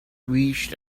reached